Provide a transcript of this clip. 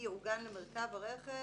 על מי האחריות לסדר לאורך כל ה- --,